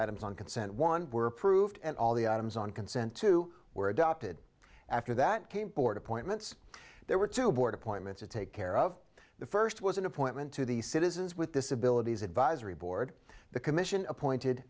items on consent one were approved and all the items on consent to were adopted after that came board appointments there were two board appointments to take care of the first was an appointment to the citizens with disabilities advisory board the commission appointed